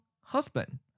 Husband